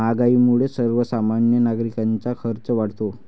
महागाईमुळे सर्वसामान्य नागरिकांचा खर्च वाढतो